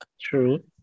True